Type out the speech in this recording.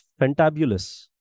fantabulous